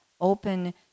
open